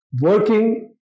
working